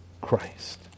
Christ